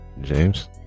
James